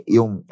Yung